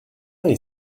est